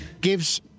gives